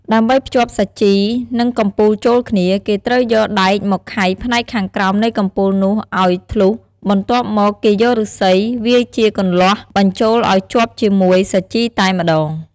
ដើម្បីភ្ជាប់សាជី និងកំពូលចូលគ្នា គេត្រូវយកដែកមកខៃផ្នែកខាងក្រោមនៃកំពូលនោះឲ្យធ្លុះ បន្ទាប់មក គេយកឫស្សីវាយជាគន្លាស់បញ្ចូលឲ្យជាប់ជាមួយសាជីតែម្ដង។